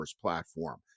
platform